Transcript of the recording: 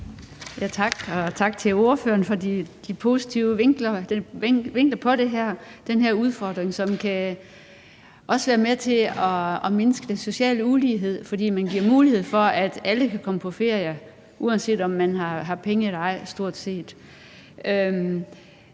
tak til ordføreren for den positive vinkel på den her udfordring. Det kan være med til at mindske den sociale ulighed, fordi man giver mulighed for, at alle kan komme på ferie, uanset om man har penge eller ej,